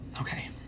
Okay